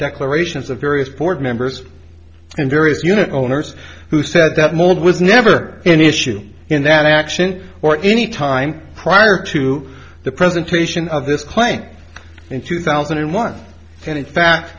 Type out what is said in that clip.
declarations of various board members and various unit owners who said that mold was never an issue in that action or any time prior to the presentation of this claim in two thousand and one and in fact